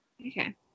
Okay